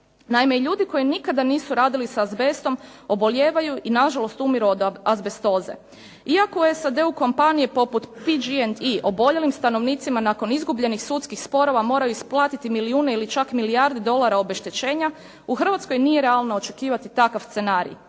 Naime i ljudi koji nikada nisu radili s azbestom obolijevaju i na žalost umiru od azbestoze. Iako u SAD-u kompanije poput PG&E oboljelim stanovnicima nakon izgubljenih sudskih sporova moraju isplatiti milijune ili čak milijarde dolara obeštećenja, u Hrvatskoj nije realno očekivati takav scenarij.